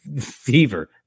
fever